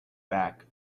back